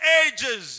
ages